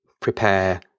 prepare